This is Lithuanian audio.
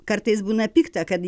kartais būna pikta kad